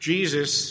Jesus